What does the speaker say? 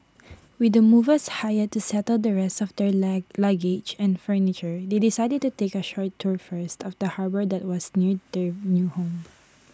with the movers hired to settle the rest of their lie luggage and furniture they decided to take A short tour first of the harbour that was near their new home